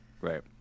right